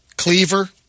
Cleaver